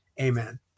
Amen